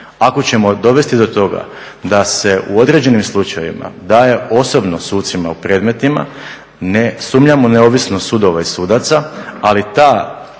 Ako ćemo dovesti do toga da se u određenim slučajevima daje osobno sucima u predmetima, ne sumnjamo u neovisnost sudova i sudaca, ali taj